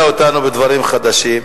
השכלת אותנו בדברים חדשים,